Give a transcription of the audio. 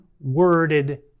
worded